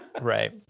Right